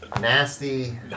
Nasty